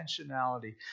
intentionality